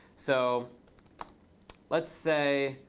so let's say,